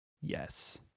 Yes